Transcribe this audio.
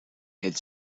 had